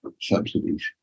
subsidies